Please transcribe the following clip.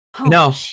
No